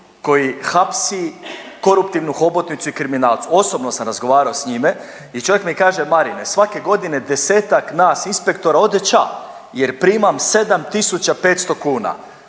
koji hapsi koruptivnu hobotnicu i kriminalce, osobno sam razgovarao s njime i čovjek mi kaže Marine, svake godine 10-tak nas inspektora ode ća jer primam 7.500 kuna,